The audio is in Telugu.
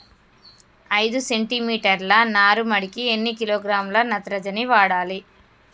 ఐదు సెంటి మీటర్ల నారుమడికి ఎన్ని కిలోగ్రాముల నత్రజని వాడాలి?